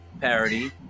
parody